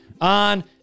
on